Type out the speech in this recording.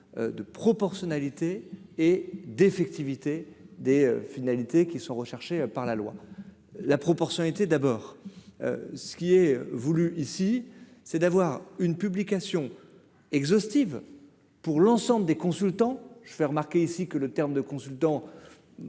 de proportionnalité et d'effectivité des finalités qui sont recherchés par la loi, la proportionnalité d'abord ce qui est voulu ici, c'est d'avoir une publication exhaustive. Pour l'ensemble des consultants, je fais remarquer ici que le terme de consultants